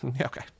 Okay